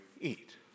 eat